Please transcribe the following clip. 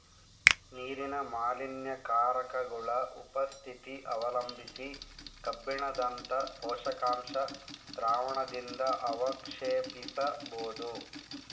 ನೀರಿನ ಮಾಲಿನ್ಯಕಾರಕಗುಳ ಉಪಸ್ಥಿತಿ ಅವಲಂಬಿಸಿ ಕಬ್ಬಿಣದಂತ ಪೋಷಕಾಂಶ ದ್ರಾವಣದಿಂದಅವಕ್ಷೇಪಿಸಬೋದು